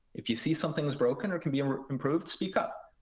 if you see something's broken or can be improved, speak up.